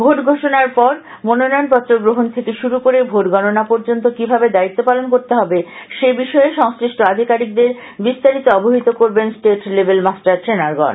vote ঘোষণার পর মনোনয়নপত্র গ্রহণ থেকে শুরু করে ভোট গণনা পর্যন্ত কিভাবে দায়িত্ব পালন করতে হবে সে বিষয়ে সংশ্লিষ্ট আধিকারিকদের বিস্তারিত অবহিত করবেন স্টেট লেভেল মাষ্টার ট্রেনারগণ